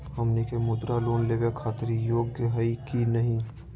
हमनी के मुद्रा लोन लेवे खातीर योग्य हई की नही?